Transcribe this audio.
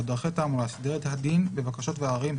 (דרכי תעמולה) (סדרי הדין בבקשות ועררים),